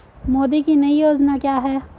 मोदी की नई योजना क्या है?